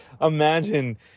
Imagine